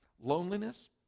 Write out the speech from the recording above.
loneliness